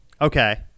Okay